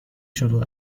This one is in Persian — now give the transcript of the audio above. شلوغ